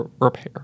repair